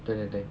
对对对